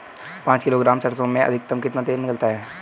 पाँच किलोग्राम सरसों में अधिकतम कितना तेल निकलता है?